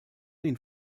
ihnen